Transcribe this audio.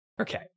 okay